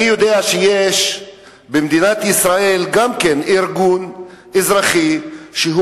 אני יודע שיש במדינת ישראל ארגון אזרחי שהוא